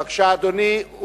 בבקשה, אדוני.